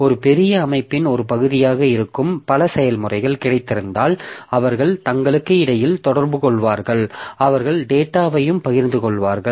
ஒரு பெரிய அமைப்பின் ஒரு பகுதியாக இருக்கும் பல செயல்முறைகள் கிடைத்திருந்தால் அவர்கள் தங்களுக்கு இடையில் தொடர்புகொள்வார்கள் அவர்கள் டேட்டாவையும் பகிர்ந்து கொள்வார்கள்